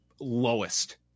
lowest